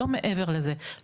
לא מעבר לזה.